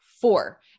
four